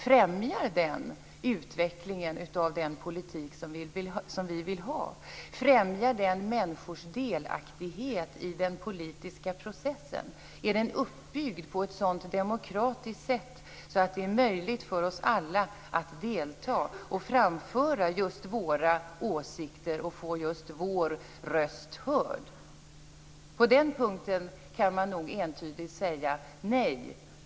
Främjar den utvecklingen av den politik som vi vill ha? Främjar den människors delaktighet i den politiska processen? Är den uppbyggd på ett sådant demokratiskt sätt att det är möjligt för oss alla att delta, att framföra just våra åsikter och att göra just vår röst hörd? På den punkten kan man nog entydigt säga nej.